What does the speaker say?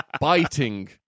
biting